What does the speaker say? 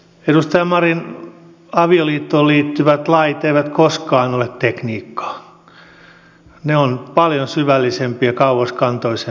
edustaja marin avioliittoon liittyvät lait eivät koskaan ole tekniikkaa ne ovat paljon syvällisempiä kauaskantoisempia